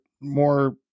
more